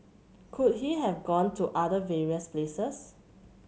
could he have gone to other various places